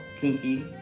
kinky